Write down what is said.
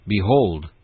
Behold